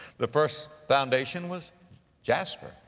the first foundation was jasper,